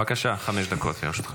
בבקשה, חמש דקות לרשותך.